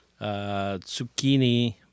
zucchini